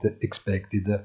expected